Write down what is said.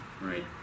Right